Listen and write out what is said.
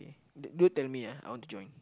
do do tell me ah I want to join